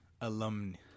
alumni